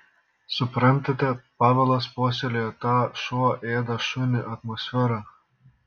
suprantate pavelas puoselėjo tą šuo ėda šunį atmosferą